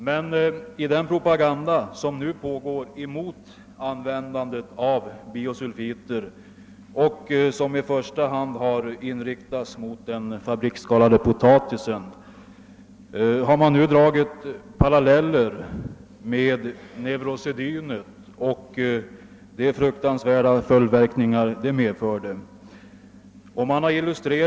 Men i den propaganda som nu bedrivs mot användandet av bisulfiter och som i första hand inriktas på den fabriksskalade potatisen, har man dragit paralleller .med neurosedynet och dess fruktansvärda följdverkningar.